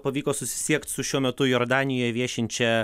pavyko susisiekt su šiuo metu jordanijoj viešinčia